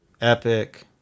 Epic